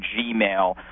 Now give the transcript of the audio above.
Gmail